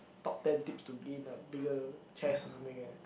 top ten tips to gain a bigger chest or something like that